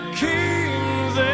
kings